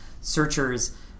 searchers